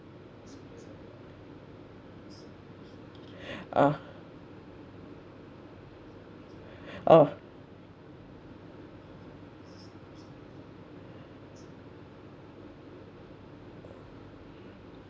oh oh